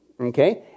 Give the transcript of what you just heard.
Okay